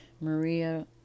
Maria